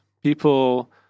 People